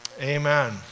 amen